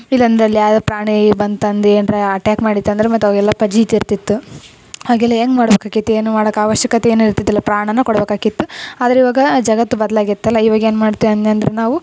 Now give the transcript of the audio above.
ಇಲ್ಲಂದರೆ ಅಲ್ಲಿ ಯಾವುದೋ ಪ್ರಾಣಿ ಬಂತಂದು ಏನರೆ ಅಟ್ಯಾಕ್ ಮಾಡಿತಂದ್ರೆ ಮತ್ತೆ ಅವೆಲ್ಲ ಫಜೀತಿ ಇರ್ತಿತ್ತು ಹಾಗೆಲ್ಲ ಹೆಂಗ್ ಮಾಡ್ಬೇಕಾಕಿತ್ತು ಏನು ಮಾಡಕೆ ಅವಶ್ಯಕತೆ ಏನು ಇರ್ತಿದ್ದಿಲ್ಲ ಪ್ರಾಣನ ಕೊಡ್ಬೇಕಾಕಿತ್ತು ಆದರೆ ಇವಾಗ ಜಗತ್ತು ಬದ್ಲಾಗೈತಲ್ಲ ಇವಾಗ ಏನು ಮಾಡ್ತೆ ಅನ್ಯಂದ್ರೆ ನಾವು